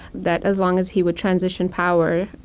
that as long as he would transition power,